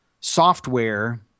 software